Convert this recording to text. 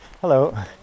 hello